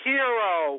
Hero